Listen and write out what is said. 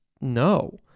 no